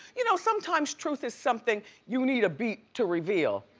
you know, sometimes truth is something you need a beat to reveal.